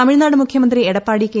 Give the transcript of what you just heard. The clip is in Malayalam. തമിഴ്നാട് മുഖ്യമന്ത്രി എടപ്പാടി ് കെ